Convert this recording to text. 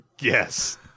Yes